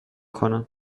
کنم